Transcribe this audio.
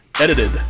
Edited